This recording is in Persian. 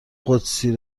قدسی